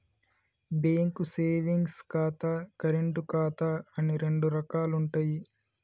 bank savings ఖాతా, current ఖాతా అని రెండు రకాలుంటయ్యి